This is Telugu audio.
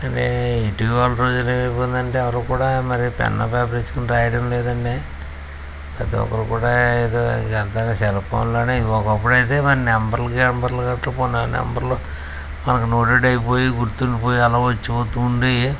అదే ఇటీవల రోజులలో ఎలా అయిపోయింది అంటే మరి ఎవరు కూడా పెన్ను పేపర్ ఇచ్చుకొని రాయడం లేదండి ప్రతిఒక్కరు కూడా ఏదో అంతగా సెల్ఫోన్లో ఒకప్పుడు అయితే నెంబర్లు గిమ్బర్లు నెంబర్లు మాకు నోటెడ్ అయిపోయేవి గుర్తు ఉండిపోయేవి అలాగే వచ్చి ఉండేవి అలాగా వచ్చి పోతు ఉండేవి